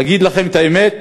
להגיד לכם את האמת,